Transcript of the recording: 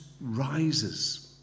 rises